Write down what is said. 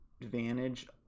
advantage